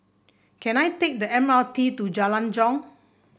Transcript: can I take the M R T to Jalan Jong